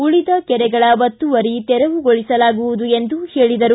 ಉಳಿದ ಕೆರೆಗಳ ಒತ್ತುವರಿ ತೆರವುಗೊಳಿಸಲಾಗುವುದು ಎಂದು ಹೇಳಿದರು